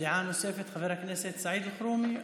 דעה נוספת, חבר הכנסת סעיד אלחרומי,